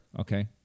Okay